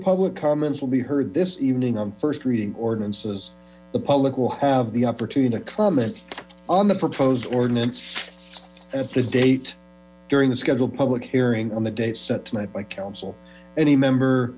public comments will be heard this evening on first reading ordinances the public will have the opportunity to comment on the proposed ordinance as the date during the scheduled public hearing on the date set tonight by council any member